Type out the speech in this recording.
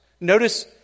Notice